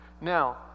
Now